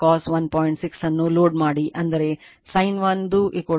6 ಅನ್ನು ಲೋಡ್ ಮಾಡಿ ಅಂದರೆ sin ಒಂದು 0